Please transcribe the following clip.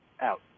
out